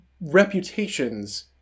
reputations